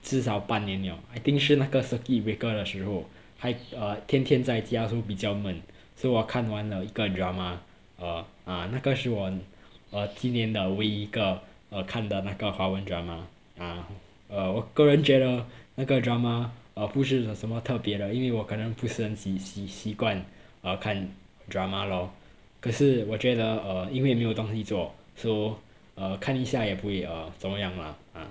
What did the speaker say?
至少半年了 I think 是那个 circuit breaker 的时候还 uh 天天在家 so 比较闷 so 我看完了一个 drama uh ah 那个是我哦今年的唯一一个哦看的那个华文 drama ah 我个人觉得那个 drama uh 不是有什么特别的因为我可能不是很喜喜习惯啊看 drama lor 可是我觉得 de err 因为没有东西做 so uh 看一下也不会啊怎么样嘛